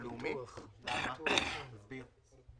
בבקשה, עמדת רשות שוק ההון.